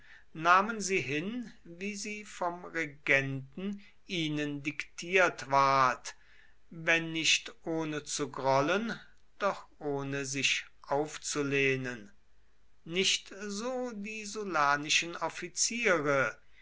nahmen sie hin wie sie vom regenten ihnen diktiert ward wenn nicht ohne zu grollen doch ohne sich aufzulehnen nicht so die sullanischen offiziere